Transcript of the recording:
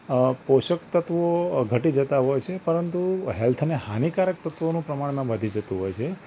અ પોષક તત્ત્વો ઘટી જતાં હોય છે પરંતુ હૅલ્થને હાનિકારક તત્ત્વોનું પ્રમાણ પણ વધી જતું હોય છે